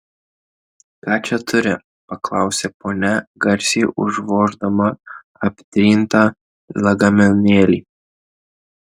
ką čia turi paklausė ponia garsiai užvoždama aptrintą lagaminėlį